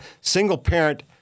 single-parent